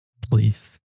Please